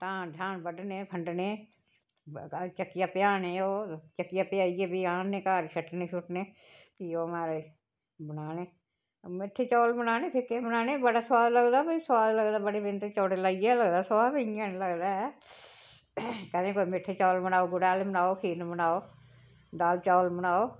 धान शान बड्डने फंड्डने चक्कियै पेयाने ओह् चक्कियै पेहियाइयै फ्ही आह्ने घर छट्टने छुट्टने फ्ही ओह् महाराज बनाने मिट्ठे चौल बनाने फिक्के बनाने बड़ा सुआदे लगदा पर सुआद लगदा बड़ी मैह्नत लाइयै लगदा सुआद इ'यां नी लगदा ऐ कदें कोई मिट्ठे चौल बनाओ गुड़ै आह्ले फेरन बनाओ दाल चौल बनाओ